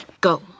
go